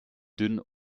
dünn